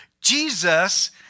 Jesus